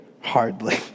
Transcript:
hardly